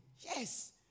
Yes